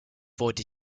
wollte